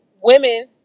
women